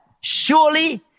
surely